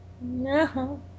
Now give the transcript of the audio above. No